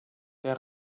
der